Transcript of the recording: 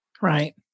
Right